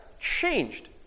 changed